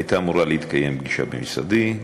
הייתה אמורה להתקיים פגישה במשרדי.